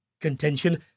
contention